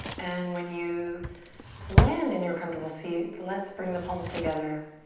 and when you land in your comfortable seat, let's bring the palms together,